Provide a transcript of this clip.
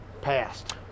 passed